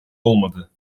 olmadı